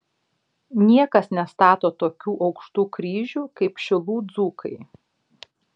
niekas nestato tokių aukštų kryžių kaip šilų dzūkai